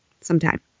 sometime